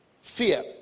fear